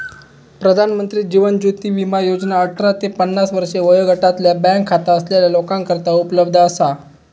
प्रधानमंत्री जीवन ज्योती विमा योजना अठरा ते पन्नास वर्षे वयोगटातल्या बँक खाता असलेल्या लोकांकरता उपलब्ध असा